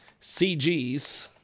CG's